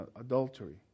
adultery